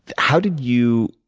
how did you,